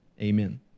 amen